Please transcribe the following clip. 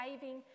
saving